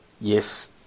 yes